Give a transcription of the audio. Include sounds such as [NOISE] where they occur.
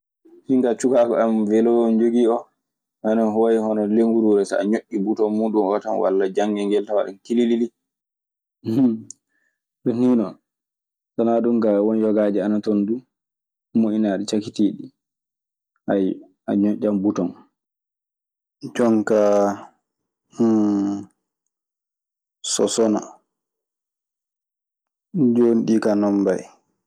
Min kaa cukaaku am welo mi njogii oo. Ana way hono lennguruure ɗo ñoƴii buton muuɗum oo tan walla kanngel ngel tan waɗa kili lililii. Ɗun nii non. So wnaa ɗun kaa won yogaaji ana to duu, moƴƴinaaɗi cakkitiiɗi, ayyo a ñoƴƴan buton. Jonkaa [HESITATION] So sona. Ɗi jooni ɗii kaa non mbayi.